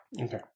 Okay